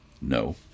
no